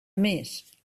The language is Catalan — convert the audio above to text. més